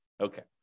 Okay